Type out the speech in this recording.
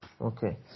Okay